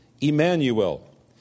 Emmanuel